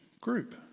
group